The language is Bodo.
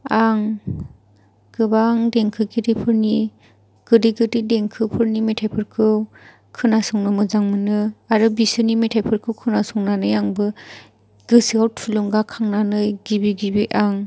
आं गोबां देंखोगिरिफोरनि गोदै गोदै देंखोफोरनि मेथाइफोरखौ खोनासंनो मोजां मोनो आरो बिसोरनि मेथाइफोरखौ खोनासंनानै आंबो गोसोआव थुलुंगा खांनानै गिबि गिबि आं